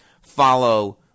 follow